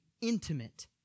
intimate